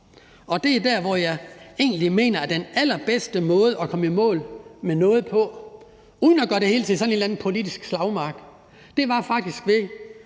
Det er faktisk det, jeg mener er den allerbedste måde at komme i mål med noget på uden at gøre det hele til sådan en eller anden politisk slagmark, altså ved,